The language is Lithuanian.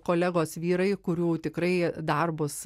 kolegos vyrai kurių tikrai darbus